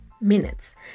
minutes